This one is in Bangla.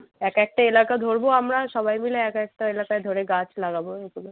এক একটা এলাকা ধরবো আমরা সবাই মিলে এক একটা এলাকায় ধরে গাছ লাগাবো এগুলো